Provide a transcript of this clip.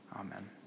Amen